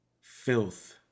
filth